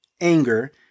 Anger